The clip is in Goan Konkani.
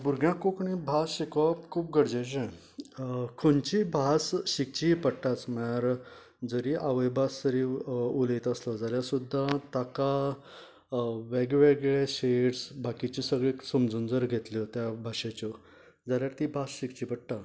भुरग्यांक कोंकणी भास शिकोवप खूब गरजेचे खंयची भास शिकची पडटासताना म्हळ्यार जरी आवय भास जरी उलयता आसत तरी सुद्दां ताका वगवेगळें शेड्स बाकीचें सगळें समजून जर घेतलें त्या भाशेच्यो जाल्यार ती भास शिकची पडटा